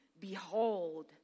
behold